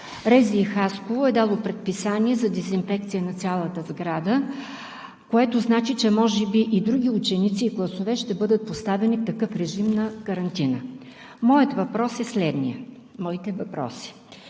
РЗИ Хасково е дало предписание за дезинфекция на цялата сграда, което значи, че може би и други ученици и класове ще бъдат поставени в такъв режим на карантина. Моите въпроси са следните: има ли